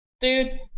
Dude